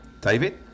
David